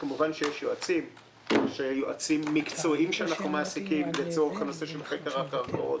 כמובן שיש גם יועצים מקצועיים שאנחנו מעסיקים לצורך חקר הקרקעות.